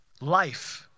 life